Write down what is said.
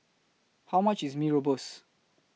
How much IS Mee Rebus